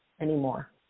anymore